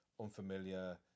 unfamiliar